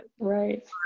Right